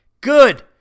Good